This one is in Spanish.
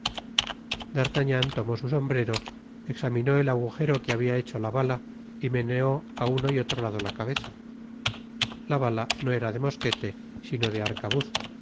d'artagnan tomó su sombrero examinó el agujero que habia hecho la bala y meneó á uno y otro lado la cabeza la bala no era de mosquete sino de arcabuz